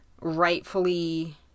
rightfully